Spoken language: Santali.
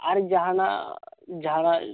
ᱟᱨ ᱡᱟᱦᱟᱱᱟᱜ ᱡᱟᱦᱟᱭᱟᱜ